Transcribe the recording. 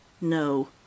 No